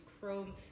Chrome